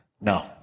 No